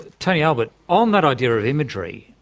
tony albert, on that idea of imagery,